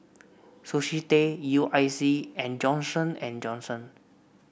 Sushi Tei U I C and Johnson And Johnson